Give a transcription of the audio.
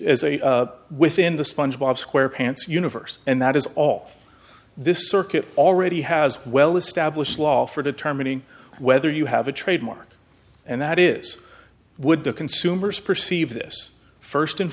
a within the sponge bob square pants universe and that is all this circuit already has well established law for determining whether you have a trademark and that is would the consumers perceive this first and